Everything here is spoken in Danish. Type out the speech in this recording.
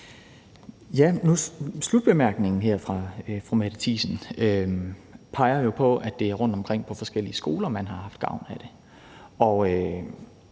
Slutbemærkningen her fra fru Mette Thiesen peger jo på, at det er rundtomkring på forskellige skoler,